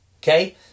okay